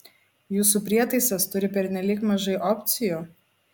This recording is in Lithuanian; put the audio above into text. jūsų prietaisas turi pernelyg mažai opcijų